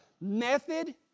method